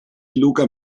luca